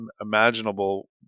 imaginable